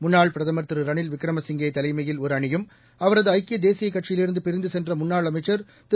முன்னாள் பிரதமர் ரனில் விக்கிமசிங்கேதலைமையில் திரு ஒருஅணியும் அவரதுஐக்கியதேசியகட்சியிலிருந்துபிரிந்துசென்றமுன்னாள் அமைக்சர் திரு